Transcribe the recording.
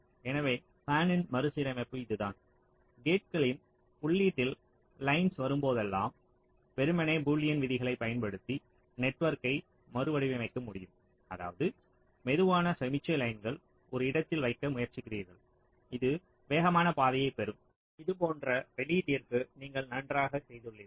எனவே ஃபானின் மறுசீரமைப்பு இதுதான் கேட்களின் உள்ளீட்டில் லைன்ஸ் வரும்போதெல்லாம் வெறுமனே பூலியன் விதிகளைப் பயன்படுத்தி நெட்வொர்க்கை மறுவடிவமைக்க முடியும் அதாவது மெதுவான சமிக்ஞை லைன்ஸ்கள் ஒரு இடத்தில் வைக்க முயற்சிக்கிறீர்கள் இது வேகமான பாதையைப் பெறும் இங்கே போன்ற வெளியீட்டிற்கு நீங்கள் நன்றாக செய்துள்ளீர்கள்